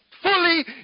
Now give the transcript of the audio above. fully